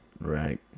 Right